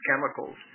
chemicals